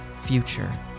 future